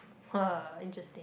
[wah] interesting